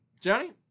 Johnny